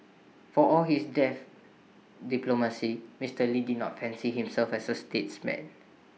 for all his deft diplomacy Mister lee did not fancy himself as A statesman